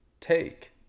take